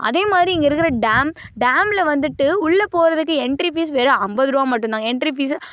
அதே மாதிரி இங்கே இருக்கிற டேம் டேம்மில் வந்துவிட்டு உள்ளே போகறதுக்கு எண்ட்ரி ஃபீஸ் வெறும் ஐம்பதுருபா மட்டும்தாங்க எண்ட்ரி ஃபீஸு